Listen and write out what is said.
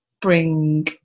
bring